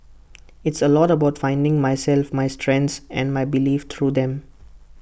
it's A lot about finding myself my strengths and my beliefs through them